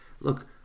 look